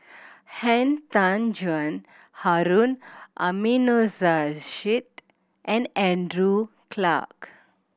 Han Tan Juan Harun Aminurrashid and Andrew Clarke